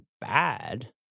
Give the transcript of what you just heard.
bad